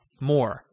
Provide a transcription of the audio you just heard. more